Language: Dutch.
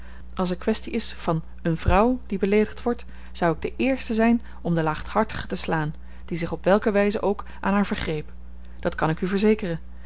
als er kwestie is van eene vrouw die beleedigd wordt zou ik de eerste zijn om den laaghartige te slaan die zich op welke wijze ook aan haar vergreep dat kan ik u verzekeren